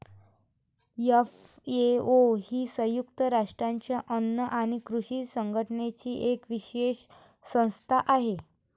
FAO ही संयुक्त राष्ट्रांच्या अन्न आणि कृषी संघटनेची एक विशेष संस्था आहे